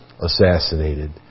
assassinated